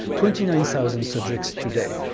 twenty nine thousand subjects today.